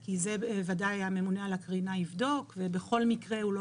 כי את זה בוודאי הממונה על הקרינה יבדוק ובכל מקרה הוא לא